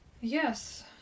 yes